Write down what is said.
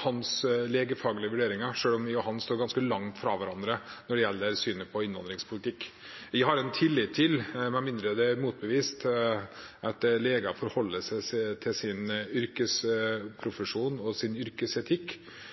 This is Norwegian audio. hans legefaglige vurderinger, selv om han og jeg står ganske langt fra hverandre i synet på innvandringspolitikk. Jeg har tillit til – med mindre det er motbevist – at leger forholder seg til sin yrkesprofesjon og sin yrkesetikk.